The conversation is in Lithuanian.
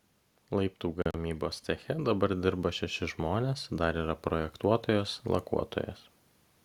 laiptų gamybos ceche dabar dirba šeši žmonės dar yra projektuotojas lakuotojas